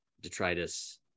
detritus